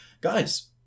guys